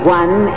one